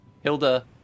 Hilda